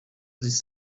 this